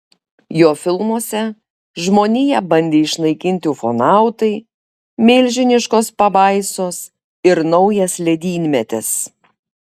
jo filmuose žmoniją bandė išnaikinti ufonautai milžiniškos pabaisos ir naujas ledynmetis